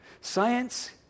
Science